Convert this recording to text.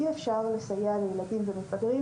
אי אפשר לסייע לילדים ולמתבגרים,